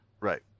Right